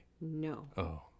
No